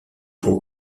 pour